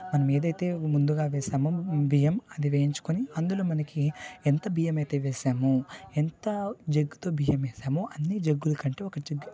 మనం ఏదైనా ముందుగా వేసామో బియ్యం అది వేయించుకొని అందులో మనకి ఎంత బియ్యం అయితే వేసామో ఎంత జగ్గుతో బియ్యం వేసామో అన్ని జగ్గులకంటే ఒక జగ్గు